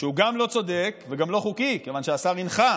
שהוא גם לא צודק וגם לא חוקי, כיוון שהשר הנחה